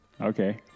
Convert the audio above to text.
Okay